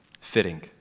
Fitting